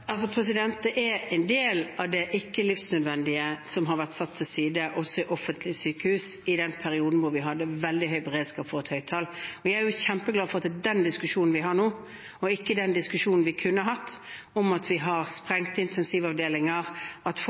Det er en del av det ikke livsnødvendige som ble satt til side også i offentlige sykehus i den perioden vi hadde veldig høy beredskap. Vi er kjempeglade for at det er den diskusjonen vi har nå, og ikke den diskusjonen vi kunne hatt – om sprengte intensivavdelinger, at folk som har